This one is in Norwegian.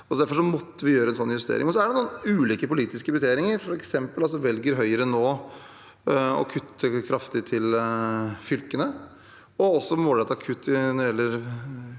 Derfor måtte vi gjøre en sånn justering. Så er det ulike politiske prioriteringer. For eksempel velger Høyre nå å kutte kraftig til fylkene og har også målrettede kutt når det gjelder